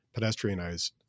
pedestrianized